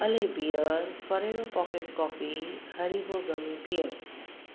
अलीबीअर Ferrero pocket coffee Haribo gummy beers